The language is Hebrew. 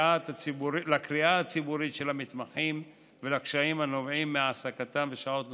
לקריאה הציבורית של המתמחים ולקשיים הנובעים מהעסקתם בשעות נוספות.